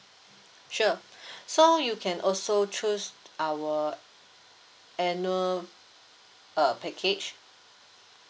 sure so you can also choose our annual uh package